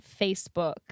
Facebook